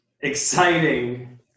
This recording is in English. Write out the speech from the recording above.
exciting